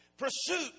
Pursuit